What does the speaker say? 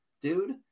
dude